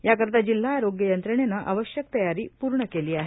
याकरिता जिल्हा आरोग्य यंत्रणेनं आवश्यक तयारी पूर्ण केली आहे